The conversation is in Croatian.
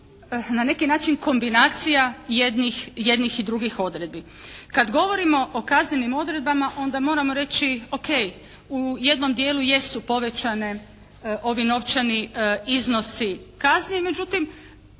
na neki način kombinacija jednih i drugih odredbi. Kad govorimo o kaznenim odredbama onda moramo reći o.k. u jednom dijelu jesu povećani ovi novčani iznosi kazni, međutim